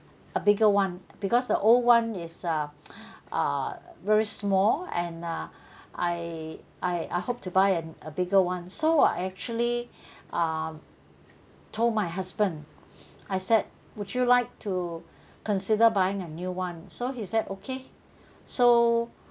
a bigger one because the old one is a uh very small and uh I I I hope to buy uh a bigger one so I actually um told my husband I said would you like to consider buying a new one so he said okay so